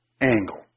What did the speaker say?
angle